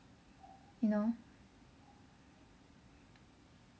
you know